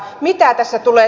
mitä tästä tulee